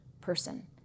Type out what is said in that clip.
person